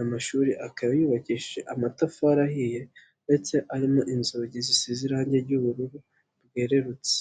amashuri akaba yubakishije amatafari ahiye ndetse arimo inzugi zisize irangi ry'ubururu bwerurutse.